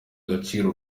agaciro